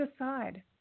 aside